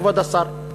כבוד השר?